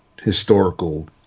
historical